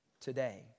Today